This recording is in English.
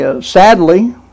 Sadly